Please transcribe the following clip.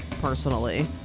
personally